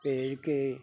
ਭੇਜ ਕੇ